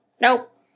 nope